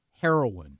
heroin